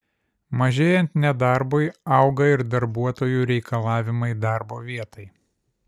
mažėjant nedarbui auga ir darbuotojų reikalavimai darbo vietai